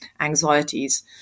anxieties